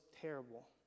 terrible